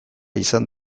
izan